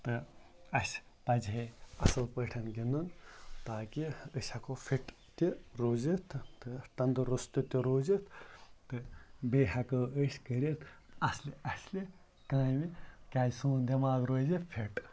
تہٕ اَسہِ پَزِہے اَصٕل پٲٹھ گِنٛدُن تاکہِ أسۍ ہٮ۪کو فِٹ تہِ روٗزِتھ تہٕ تندٕرُستہٕ تہِ روٗزِتھ تہٕ بیٚیہِ ہٮ۪کو أسۍ کٔرِتھ اَصلہِ اَصلہِ کامہِ کیٛازِ سون دٮ۪ماغ روزِ فِٹ